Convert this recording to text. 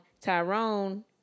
Tyrone